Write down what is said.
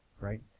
right